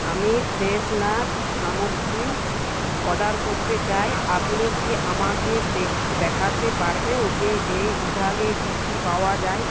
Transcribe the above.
আমি ফ্রেশনার সামগ্রী অর্ডার করতে চাই আপনি কি আমাকে দেখ দেখাতে পারবেন যে এই বিভাগে কী কী পাওয়া যায়